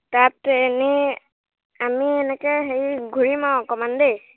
তাত এনে আমি এনেকে হেৰি ঘূৰিম আৰু অকণমান দেই